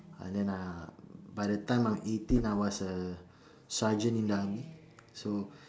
uh then uh by the time I'm eighteen I was a sergeant in the army so